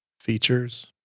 features